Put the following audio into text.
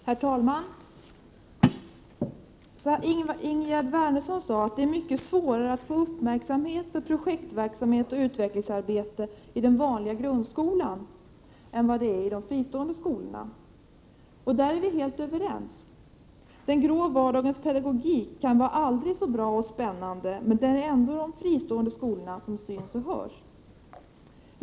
Serena Herr talman! Ingegerd Wärnersson sade att det är mycket svårare att få uppmärksamhet för projektverksamhet och utvecklingsarbete i den vanliga grundskolan än i de fristående skolorna. Där är vi helt överens. Den gråa vardagspedagogiken kan vara aldrig så bra och spännande, men det är ändå de fristående skolorna som syns och hörs.